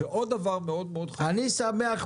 אני שמח,